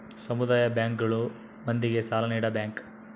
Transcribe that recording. ಸಮುದಾಯ ಬ್ಯಾಂಕ್ ಗಳು ಮಂದಿಗೆ ಸಾಲ ನೀಡ ಬ್ಯಾಂಕ್